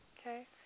okay